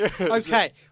Okay